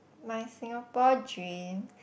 my Singapore dream